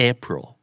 April